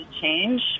change